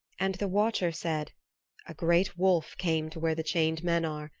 and the watcher said a great wolf came to where the chained men are,